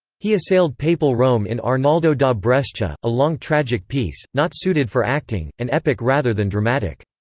he assailed papal rome in arnaldo da brescia, a long tragic piece, not suited for acting, and epic rather than dramatic.